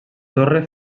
torre